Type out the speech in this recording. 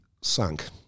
sunk